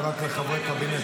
לא, אבל למה רק לחברי קבינט?